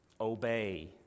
Obey